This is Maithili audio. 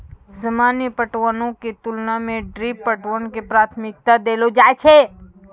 सामान्य पटवनो के तुलना मे ड्रिप पटवन के प्राथमिकता देलो जाय छै